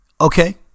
Okay